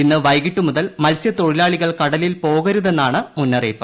ഇന്ന് വൈകിട്ടുമുതൽ ക് മത്സ്യത്തൊഴിലാളികൾ കടലിൽ പോകരുതെന്നാണ് മുന്നറിയിപ്പ്